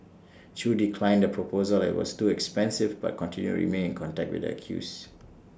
chew declined the proposal as IT was too expensive but continued to remain in contact with the accused